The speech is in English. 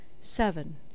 seven